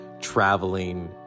Traveling